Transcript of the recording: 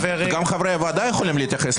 חברי הוועדה יכולים להתייחס.